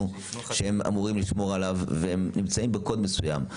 שהם אמורים לשמור עליו והם נמצאים בקוד מסוים.